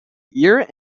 ear